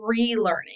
relearning